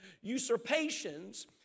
usurpations